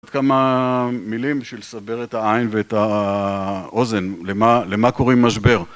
עוד כמה מילים בשביל לסבר את העין ואת האוזן, למה קוראים משבר